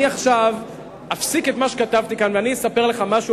עכשיו אני אפסיק את מה שכתבתי כאן ואני אספר לך משהו